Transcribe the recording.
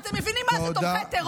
אתם מבינים מה זה תומכי טרור?